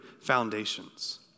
foundations